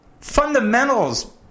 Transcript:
fundamentals